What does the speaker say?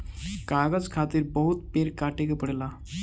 कागज खातिर बहुत पेड़ काटे के पड़ेला